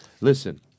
Listen